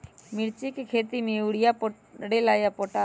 मिर्ची के खेती में यूरिया परेला या पोटाश?